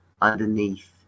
underneath